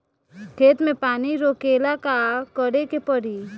खेत मे पानी रोकेला का करे के परी?